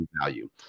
value